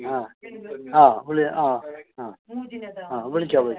ആ ആ വിളി ആ ആ ആ വിളിക്കാം വിളിക്കാം